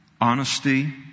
honesty